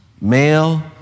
male